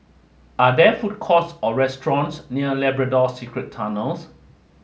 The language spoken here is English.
are there food courts or restaurants near Labrador Secret Tunnels